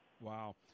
Wow